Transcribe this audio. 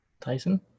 Tyson